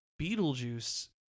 Beetlejuice